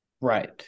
Right